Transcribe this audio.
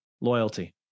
loyalty